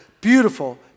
beautiful